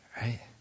right